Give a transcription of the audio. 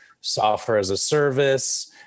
software-as-a-service